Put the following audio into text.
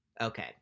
okay